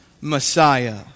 Messiah